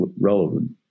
relevant